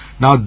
Now